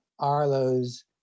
Arlo's